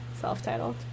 Self-titled